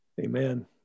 Amen